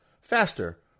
faster